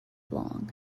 long